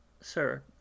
Sir